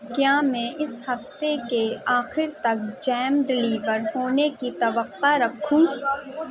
کیا میں اس ہفتے کے آخر تک جیم ڈیلیور ہونے کی توقع رکھوں